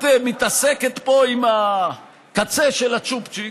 את מתעסקת פה עם הקצה של הצ'ופצ'יק,